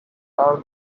are